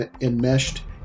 enmeshed